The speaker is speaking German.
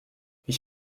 ich